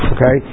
Okay